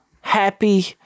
happy